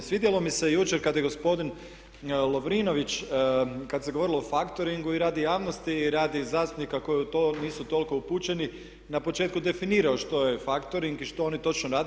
Svidjelo mi se jučer kad je gospodin Lovrinović kad se govorilo o faktoringu i radi javnosti i radi zastupnika koji u to nisu toliko upućeni na početku definirao što je faktoring i što oni točno rade.